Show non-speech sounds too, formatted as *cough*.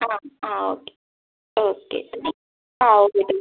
ആ ആ okay okay ആ ഓക്കെ *unintelligible*